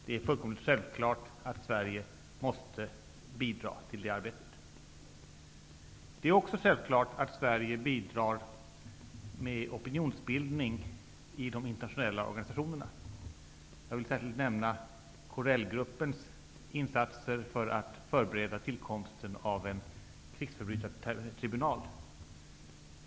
Det är fullkomligt självklart att Sverige måste bidra till detta arbete. Det är också självklart att Sverige bidrar med opinionsbildning i de internationella organisationerna. Jag vill särskilt nämna Corellgruppens insatser för att förbereda tillkomsten av en krigsförbrytartribunal.